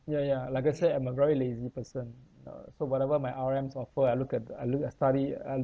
ya ya like I say I'm a very lazy person uh so whatever my R_Ms offer I look at I look I study I